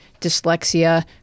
dyslexia